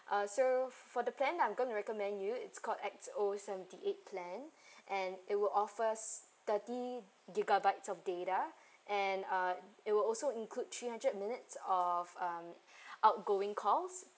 uh so for the plan I'm going to recommend you it's called X_O seventy eight plan and it will offers thirty gigabytes of data and uh it will also include three hundred minutes of um outgoing calls